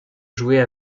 jouer